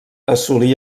assolí